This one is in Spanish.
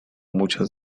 muchas